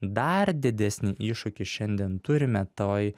dar didesnį iššūkį šiandien turime toj